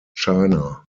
china